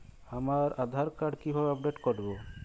আমার আধার কার্ড কিভাবে আপডেট করব?